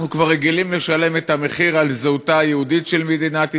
אנחנו כבר רגילים לשלם את המחיר על זהותה היהודית של מדינת ישראל.